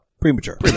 Premature